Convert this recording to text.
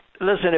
Listen